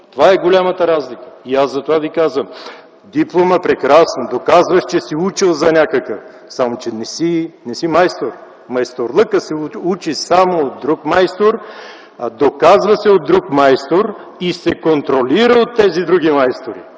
Това е голямата разлика. И аз затова ви казвам: диплома – прекрасно, доказваш, че си учил за някакъв. Само че не си майстор. Майсторлъкът се учи само от друг майстор, доказва се от друг майстор и се контролира от тези други майстори.